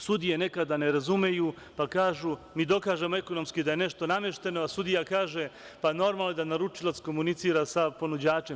Sudije nekada ne razumeju, pa kažu – mi dokažemo ekonomski da je nešto namešteno, a sudija kaže – pa, normalno je da naručilac komunicira sa ponuđačem.